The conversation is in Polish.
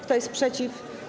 Kto jest przeciw?